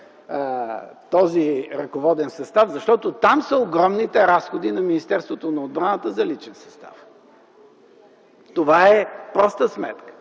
този ръководен състав, защото там са огромните разходи на Министерството на отбраната за личен състав. Това е проста сметка.